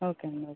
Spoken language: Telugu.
ఓకే అండి ఓకే